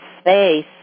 space